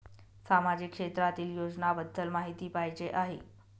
सामाजिक क्षेत्रातील योजनाबद्दल माहिती पाहिजे आहे?